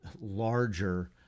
larger